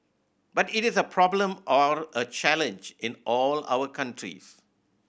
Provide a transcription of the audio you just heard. but it is a problem or a challenge in all our countries